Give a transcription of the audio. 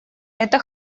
это